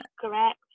correct